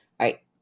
right